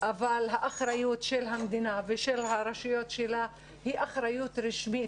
אבל האחריות של המדינה ושל הרשויות שלה היא אחריות רשמית,